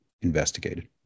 investigated